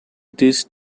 these